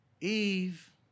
Eve